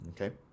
Okay